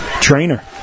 trainer